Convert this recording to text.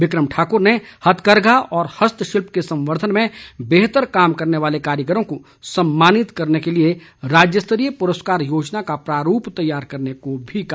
become Thakur ने हथकरघा व हस्तशिल्प के संवर्धन में बेहतर काम करने वाले कारीगरों को सम्मानित करने के लिए राज्यस्तरीय पुरस्कार योजना का प्रारूप तैयार करने को भी कहा